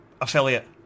affiliate